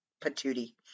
patootie